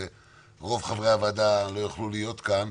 ורוב חברי הוועדה לא יכלו להיות כאן,